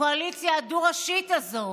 הקואליציה הדו-ראשית הזו,